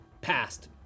passed